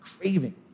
craving